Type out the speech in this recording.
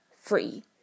free